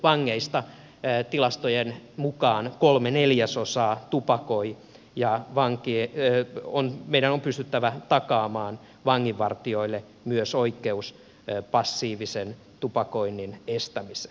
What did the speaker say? vangeista tilastojen mukaan kolme neljäsosaa tupakoi ja meidän on pystyttävä takaamaan vanginvartijoille myös oikeus passiivisen tupakoinnin estämiseen